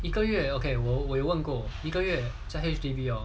一个月 okay 我也问过一个月在 H_D_B hor